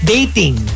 Dating